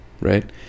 right